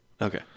okay